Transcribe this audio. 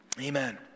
Amen